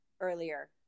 earlier